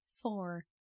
Four